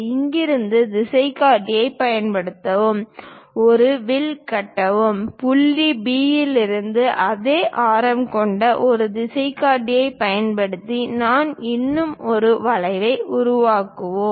இங்கிருந்து திசைகாட்டி பயன்படுத்தவும் ஒரு வில் கட்டவும் புள்ளி B இலிருந்து அதே ஆரம் கொண்டு ஒரு திசைகாட்டி பயன்படுத்தி நான் இன்னும் ஒரு வளைவை உருவாக்குவேன்